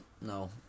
no